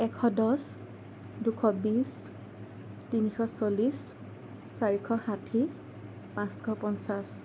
এশ দছ দুশ বিছ তিনিশ চল্লিছ চাৰিশ ষাঠি পাঁচশ পঞ্চাছ